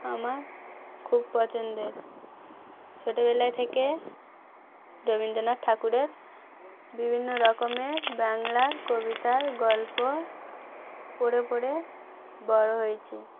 আমার খুব পছন্দের ছোটোবেলায় থেকে রবীন্দ্রনাথ ঠাকুরের বিভিন্ন রকমের বাংলার কবিতার গল্প পড়ে পড়ে বড়ো হয়েছি